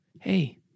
hey